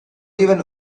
even